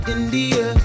India